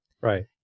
Right